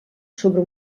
sobre